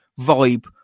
vibe